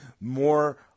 more